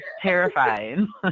terrifying